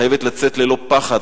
חייבת לצאת ללא פחד,